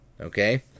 Okay